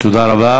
תודה רבה.